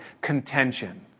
contention